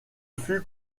fut